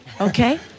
okay